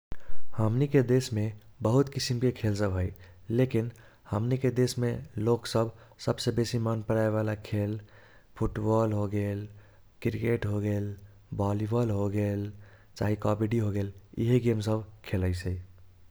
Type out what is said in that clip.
हमनीके देशमे बहुत किसिमके खेल सब है लेकिन हमनीके देशमे लोगसब सबसे बेसी मन पराएवाला खेल फूटबल होगेल, क्रिकेट होगेल, भालिबल होगेल, चाही कबबडी होगेल इहे गेम सब खेलाइसै।